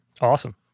Awesome